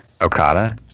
Okada